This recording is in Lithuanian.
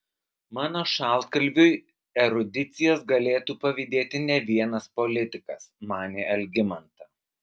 mano šaltkalviui erudicijos galėtų pavydėti ne vienas politikas manė algimanta